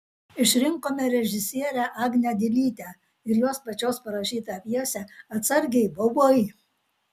išrinkome režisierę agnę dilytę ir jos pačios parašytą pjesę atsargiai baubai